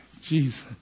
Jesus